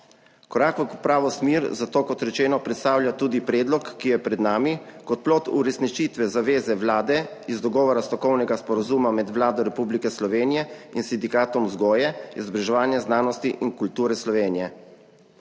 Korak v pravo smer zato, kot rečeno, predstavlja tudi predlog, ki je pred nami kot plod uresničitve zaveze Vlade iz dogovora stavkovnega sporazuma med Vlado Republike Slovenije in Sindikatom vzgoje, izobraževanja, znanosti in kulture Slovenije,